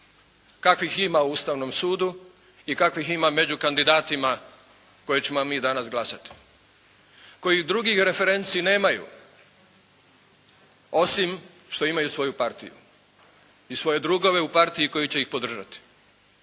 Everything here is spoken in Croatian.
kakvih ima u Ustavnom sudu i kakvih ima među kandidatima koje ćemo mi danas glasati. Koji drugih referenci nemaju osim što imaju svoju partiju i svoje drugove u partiji koji će ih podržati.